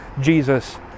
Jesus